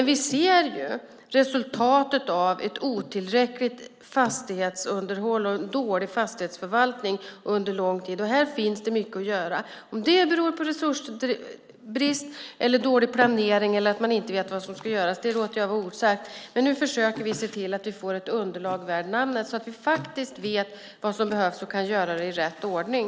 Vi ser resultatet av ett otillräckligt fastighetsunderhåll och en dålig fastighetsförvaltning under lång tid. Här finns det mycket att göra. Om det beror på resursbrist eller dålig planering eller på att man inte vet vad som ska göras låter jag vara osagt. Nu försöker vi se till att vi får ett underlag värt namnet så att vi faktiskt vet vad som behövs och kan göra det i rätt ordning.